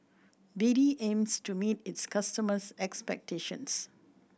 B D aims to meet its customers' expectations